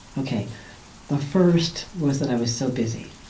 ok the first was that i was so busy.